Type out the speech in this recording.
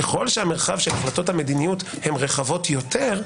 ככל שהמרחב של החלטות המדיניות רחבות יותר,